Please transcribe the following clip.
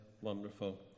wonderful